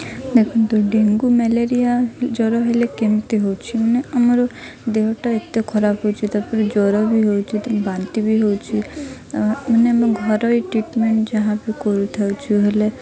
ଦେଖନ୍ତୁ dengue malaria ଜ୍ଵର ହେଲେ କେମିତି ହେଉଛି ମାନେ ଆମର ଦେହଟା ଏତେ ଖରାପ ହେଉଛି ତା'ପରେ ଜ୍ୱର ବି ହେଉଛି ବାନ୍ତି ବି ହେଉଛି ମାନେ ଆମ ଘରୋଇ ଟ୍ରିଟମେଣ୍ଟ ଯାହା ବି କରୁଥାଉଛୁ ହେଲେ